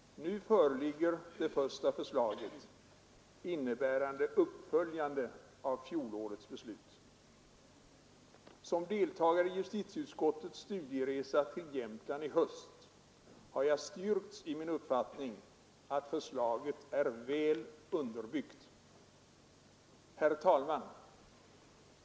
Nu föreligger det första förslaget, innebärande uppföljande av fjolårets beslut. Som deltagare i justitieutskottets studieresa till Jämtland denna höst har jag styrkts i min uppfattning att förslaget är väl underbyggt. Herr talman!